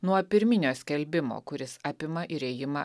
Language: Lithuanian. nuo pirminio skelbimo kuris apima ir ėjimą